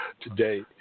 today